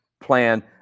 plan